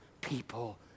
people